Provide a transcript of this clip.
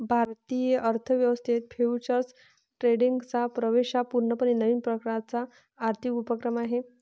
भारतीय अर्थ व्यवस्थेत फ्युचर्स ट्रेडिंगचा प्रवेश हा पूर्णपणे नवीन प्रकारचा आर्थिक उपक्रम आहे